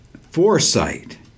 foresight